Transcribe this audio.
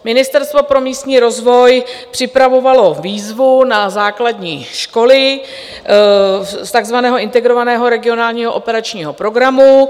Ministerstvo pro místní rozvoj připravovalo výzvu na základní školy takzvaného Integrovaného regionálního operačního programu.